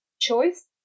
choice